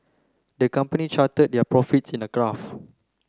the company charted their profits in a graph